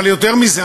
אבל יותר מזה,